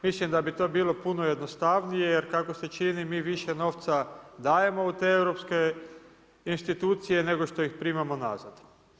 Mislim da bi to bilo puno jednostavnije jer kako se čini mi više novca dajemo u te europske institucije nego što ih primamo nazad.